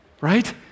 right